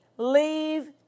leave